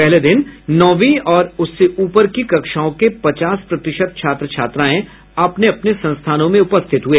पहले दिन नौंवी और उससे ऊपर की कक्षाओं के पचास प्रतिशत छात्र छात्राएं अपने अपने संस्थानों में उपस्थित हुए